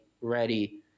ready